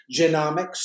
genomics